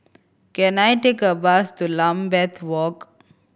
can I take a bus to Lambeth Walk